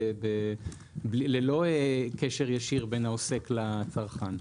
ללא קשר ישיר בין העוסק לצרכן.